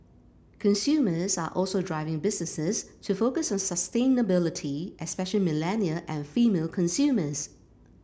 consumers are also driving businesses to focus on sustainability especially millennial and female consumers